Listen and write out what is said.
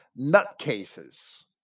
nutcases